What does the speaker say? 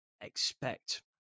Expect